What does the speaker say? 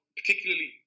particularly